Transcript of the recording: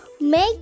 make